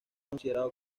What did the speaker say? considerado